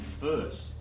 first